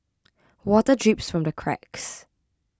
water drips from the cracks